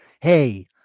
Hey